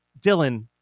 Dylan